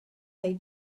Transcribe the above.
they